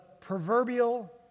proverbial